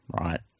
right